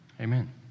Amen